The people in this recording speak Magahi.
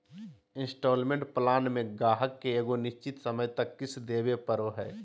इन्सटॉलमेंट प्लान मे गाहक के एगो निश्चित समय तक किश्त देवे पड़ो हय